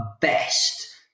best